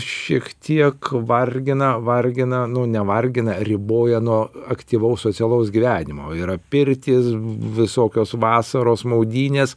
šiek tiek vargina vargina nu nevargina riboja nuo aktyvaus socialaus gyvenimo yra pirtys visokios vasaros maudynės